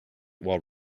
while